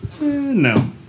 no